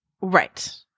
Right